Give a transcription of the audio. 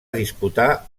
disputar